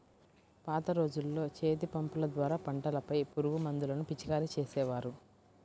పాత రోజుల్లో చేతిపంపుల ద్వారా పంటలపై పురుగుమందులను పిచికారీ చేసేవారు